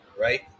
Right